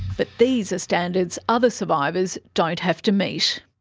but these are standards other survivors don't have to meet.